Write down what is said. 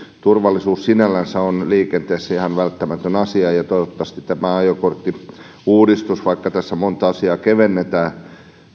turvallisuus sinällänsä on liikenteessä ihan välttämätön asia ja toivottavasti tämä ajokorttiuudistus vaikka tässä montaa asiaa kevennetään